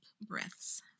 breaths